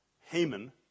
Haman